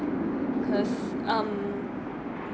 cause um